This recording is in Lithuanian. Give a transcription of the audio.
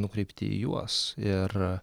nukreipti į juos ir